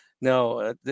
No